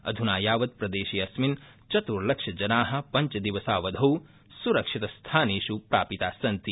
अध्ना यावत् प्रदेशेऽस्मिन् चत्र्लक्षजना पञ्चदिवसावधौ सुरक्षितस्थानेषु प्रापितास्सन्ति